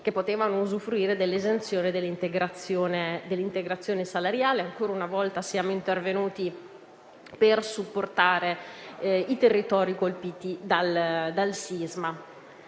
che potevano usufruire dell'esenzione e dell'integrazione salariale. Ancora una volta siamo intervenuti per supportare i territori colpiti dal sisma.